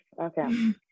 Okay